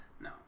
No